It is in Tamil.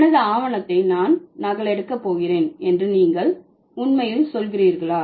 எனது ஆவணத்தை நான் நகலெடுக்க போகிறேன் என்று நீங்கள் உண்மையில் சொல்கிறீர்களா